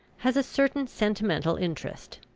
has a certain sentimental interest.